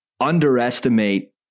underestimate